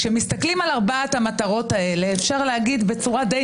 כשמסתכלים על ארבע המטרות האלה אפשר להגיד בצורה די